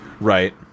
Right